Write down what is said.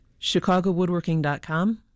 ChicagoWoodworking.com